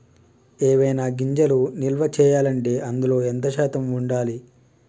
ఏవైనా గింజలు నిల్వ చేయాలంటే అందులో ఎంత శాతం ఉండాలి?